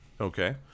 Okay